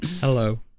Hello